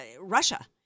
Russia